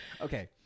Okay